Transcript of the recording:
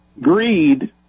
greed